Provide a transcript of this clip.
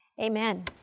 Amen